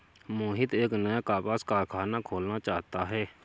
मोहित एक नया कपास कारख़ाना खोलना चाहता है